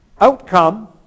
outcome